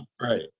Right